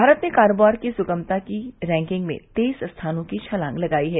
भारत ने कारोबार की सुगमता की रैंकिंग में तेईस स्थानों की छलांग लगाई है